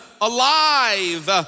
alive